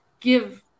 give